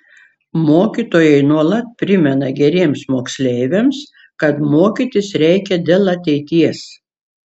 mokytojai nuolat primena geriems moksleiviams kad mokytis reikia dėl ateities